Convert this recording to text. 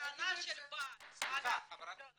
הטענה של הבעל --- סליחה חברת הכנסת,